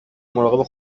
مراقب